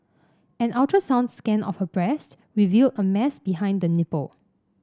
an ultrasound scan of her breast revealed a mass behind the nipple